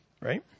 Right